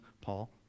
Paul